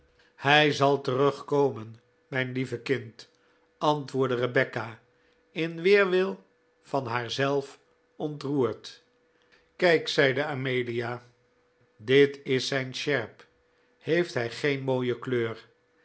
hij zal terugkonien mijn lieve kind antwoordde rebecca in weerwil van haarzelf ontroerd kijk zeide amelia dit is zijn sjerp heeft zij geen mooie kleur